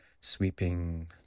sweeping